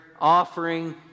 offering